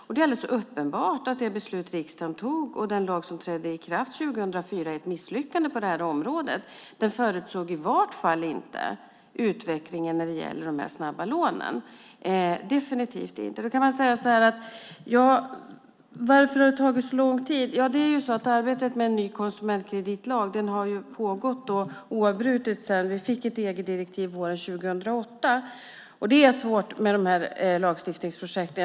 Det är alldeles uppenbart att det beslut som riksdagen tog och den lag som trädde i kraft 2004 är ett misslyckande på det här området. Man förutsåg i varje fall inte utvecklingen när det gäller de här snabba lånen. Det gjorde man definitivt inte. Då kan man fråga: Varför har det tagit så lång tid? Arbetet med en ny konsumentkreditlag har pågått oavbrutet sedan vi fick ett EG-direktiv våren 2008. Det är svårt med de här lagstiftningsprojekten.